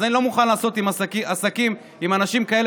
אז אני לא מוכן לעשות עסקים עם אנשים כאלה,